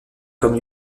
comme